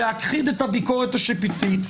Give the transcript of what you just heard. להכחיד את הביקורת השיפוטית,